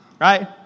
Right